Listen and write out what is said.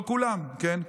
לא כולם, כן?